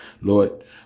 Lord